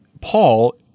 Paul